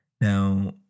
Now